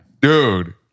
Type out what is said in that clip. dude